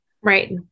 Right